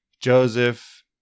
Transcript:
Joseph